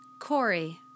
Corey